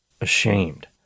ashamed